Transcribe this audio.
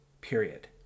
period